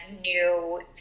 new